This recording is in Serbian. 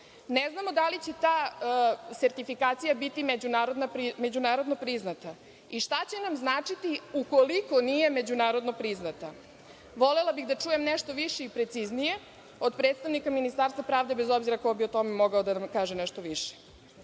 Ne znamo da li će ta sertifikacija biti međunarodno priznata i šta će nam značiti ukoliko nije međunarodno priznata. Volela bih da čujem nešto više i preciznije od predstavnika Ministarstva pravde, bez obzira ko bi o tome mogao da nam kaže nešto više.